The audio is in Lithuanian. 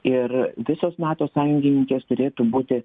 ir visos nato sąjungininkės turėtų būti